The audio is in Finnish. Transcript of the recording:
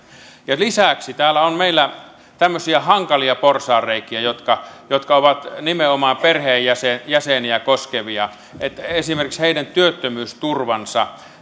lisäksi meillä on täällä tämmöisiä hankalia porsaanreikiä jotka jotka ovat nimenomaan perheenjäseniä koskevia esimerkiksi heidän työttömyysturvansa